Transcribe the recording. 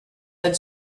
had